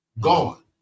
Gone